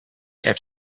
after